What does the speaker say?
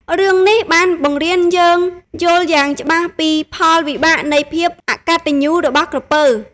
រឿង នេះបានបង្រៀនយើងយល់យ៉ាងច្បាស់ពីផលវិបាកនៃភាពអកតញ្ញូរបស់ក្រពើ។